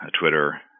Twitter